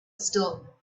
still